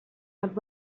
had